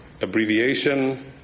abbreviation